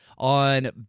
On